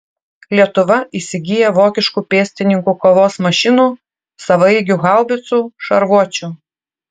lietuva įsigyja vokiškų pėstininkų kovos mašinų savaeigių haubicų šarvuočių